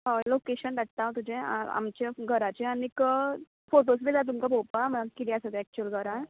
हय लोकेशन धाडटा तुजें आमचें घराचें आनीक फोटोस बी जाय तुमका पोळोपाक अशें कितें आसा तें एक्चल घरांत